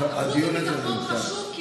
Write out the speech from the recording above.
הדיון בוועדת החוץ והביטחון חשוב,